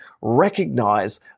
recognize